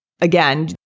again